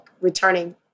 returning